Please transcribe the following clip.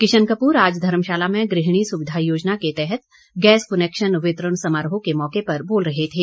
किशन कप्र आज धर्मशाला में गृहिणी सुविधा योजना के तहत गैस कनेक्शन वितरण समारोह के मौके पर बोल रहे थे